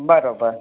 બરાબર